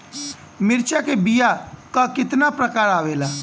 मिर्चा के बीया क कितना प्रकार आवेला?